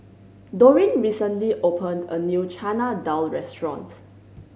Dorine recently opened a new Chana Dal restaurant